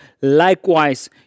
Likewise